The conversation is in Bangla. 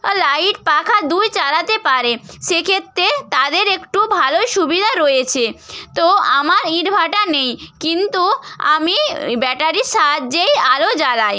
লাইট পাখা দুইই চালাতে পারে সে ক্ষেত্রে তাদের একটু ভালো সুবিধা রয়েছে তো আমার ইনভার্টার নেই কিন্তু আমি ব্যাটারির সাহায্যেই আলো জ্বালাই